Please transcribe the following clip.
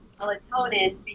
melatonin